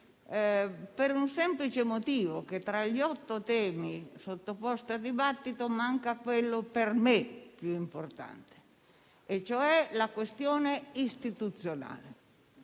per il semplice motivo che, tra gli otto temi sottoposti al dibattito, manca quello per me più importante, cioè quello della questione istituzionale.